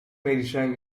medicijn